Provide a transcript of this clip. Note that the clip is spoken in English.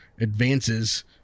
advances